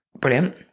brilliant